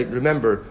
remember